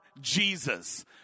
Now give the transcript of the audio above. Jesus